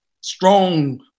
strong